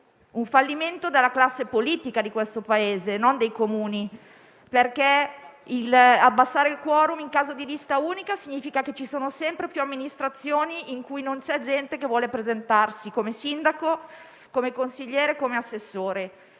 un fallimento della classe politica di questo Paese, non dei Comuni. Infatti, abbassare il *quorum* in caso di lista unica significa che ci sono sempre più amministrazioni in cui non c'è gente che vuole candidarsi come sindaco, come consigliere, come assessore.